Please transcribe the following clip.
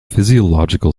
physiological